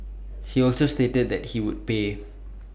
he also stated that he would pay